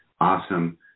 awesome